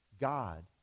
God